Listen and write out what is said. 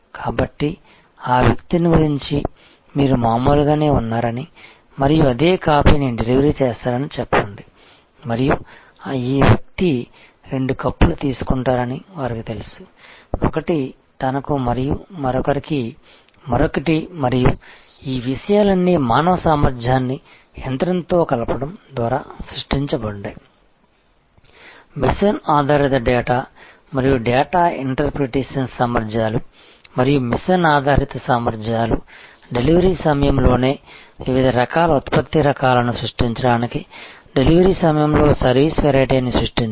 కాబట్టి ఆ వ్యక్తిని గుర్తించి మీరు మామూలుగానే ఉన్నారని మరియు అదే కాఫీని డెలివరీ చేస్తారని చెప్పండి మరియు ఈ వ్యక్తి రెండు కప్పులు తీసుకుంటారని వారికి తెలుసు ఒకటి తనకు మరియు మరొకరికి మరొకటి మరియు ఈ విషయాలన్నీ మానవ సామర్థ్యాన్ని యంత్రంతో కలపడం ద్వారా సృష్టించబడ్డాయి మెషిన్ ఆధారిత డేటా మరియు డేటా ఇంటర్ప్రిటేషన్ సామర్థ్యాలు మరియు మెషీన్ ఆధారిత సామర్థ్యాలు డెలివరీ సమయంలోనే వివిధ రకాల ఉత్పత్తి రకాలను సృష్టించడానికి డెలివరీ సమయంలో సర్వీస్ వెరైటీని సృష్టించగలవు